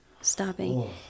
stopping